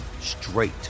straight